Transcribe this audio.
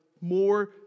more